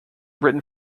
written